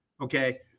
Okay